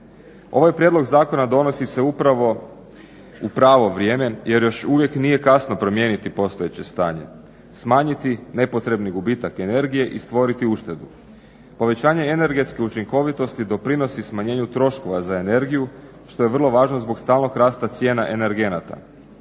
Ovaj prijedlog zakona donosi se upravo u pravo vrijeme jer još uvijek nije kasno promijeniti postojeće stanje, smanjiti nepotrebni gubitak energije i stvoriti uštedu. Povećanje energetske učinkovitosti doprinosi smanjenju troškova za energiju što je vrlo važno zbog stalnog rasta cijena energenata.